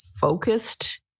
focused